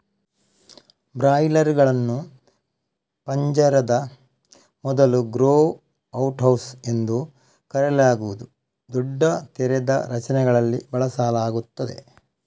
ಬ್ರಾಯ್ಲರುಗಳನ್ನು ಪಂಜರದ ಬದಲು grow out house ಎಂದು ಕರೆಯಲಾಗುವ ದೊಡ್ಡ ತೆರೆದ ರಚನೆಗಳಲ್ಲಿ ಬೆಳೆಸಲಾಗುತ್ತದೆ